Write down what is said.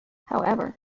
however